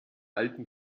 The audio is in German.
alten